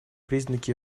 признаки